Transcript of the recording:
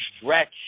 stretch